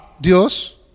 Dios